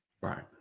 Right